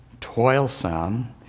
toilsome